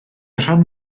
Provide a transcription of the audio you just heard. rhan